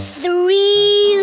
three